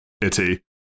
Itty